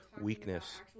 weakness